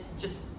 just-